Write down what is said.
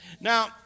Now